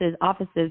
offices